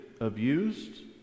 abused